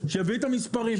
שיביא את המספרים.